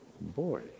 boy